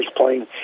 playing